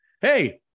Hey